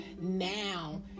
now